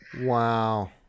Wow